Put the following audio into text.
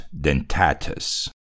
Dentatus